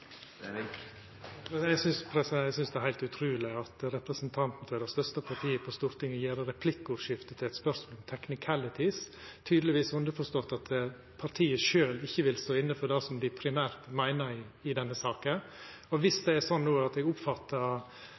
Eg synest det er heilt utruleg at representanten frå det største partiet på Stortinget gjer replikkordskiftet til eit spørsmål om «technicalities», underforstått at partiet sjølv tydelegvis ikkje vil stå inne for det som dei primært meiner i denne saka. Og viss det er sånn som eg oppfattar,